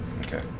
Okay